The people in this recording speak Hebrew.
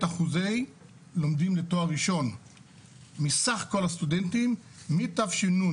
את אחוזי לומדים לתואר ראשון מסך כל הסטודנטים מתש"ן,